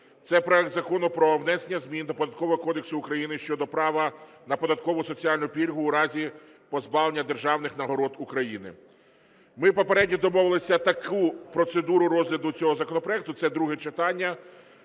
Це проект Закону про внесення змін до Податкового кодексу України щодо права на податкову соціальну пільгу у разі позбавлення державних нагород України. Ми попередньо домовилися таку процедуру розгляду цього законопроекту, це друге читання.